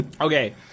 Okay